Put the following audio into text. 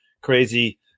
crazy